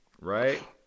Right